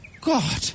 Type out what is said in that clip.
God